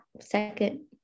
second